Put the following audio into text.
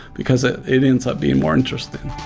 because it it ends up being more interesting.